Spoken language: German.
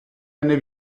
eine